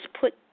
put